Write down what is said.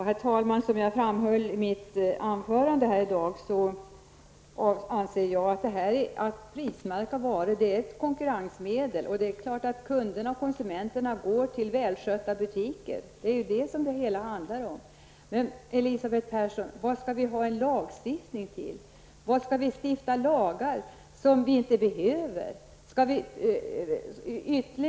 Herr talman! Att prismärka varor är ett konkurrensmedel, och det framhöll jag också i mitt anförande. Det är klart att kunderna och konsumenterna går till välskötta butiker. Skall vi stifta lagar som vi inte behöver, Elisabeth Persson?